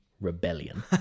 Rebellion